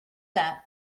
that